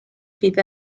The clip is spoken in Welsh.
fydd